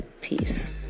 Peace